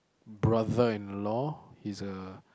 brother in law he's a